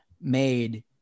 made